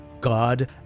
God